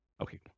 Okay